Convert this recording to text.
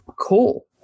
Cool